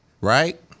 right